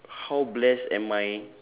how blessed am I